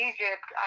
Egypt